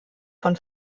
von